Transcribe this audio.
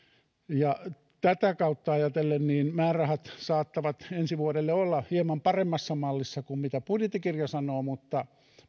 tätä kautta ajatellen määrärahat saattavat ensi vuodelle olla hieman paremmassa mallissa kuin mitä budjettikirja sanoo mutta